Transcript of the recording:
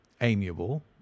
amiable